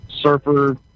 surfer